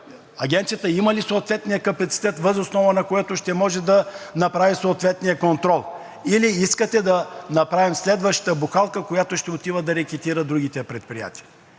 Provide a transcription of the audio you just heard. Агенцията има ли съответния капацитет, въз основа на който ще може да направи съответния контрол, или искате да направим следващата бухалка, която ще отива да рекетира другите предприятия.